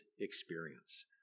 experience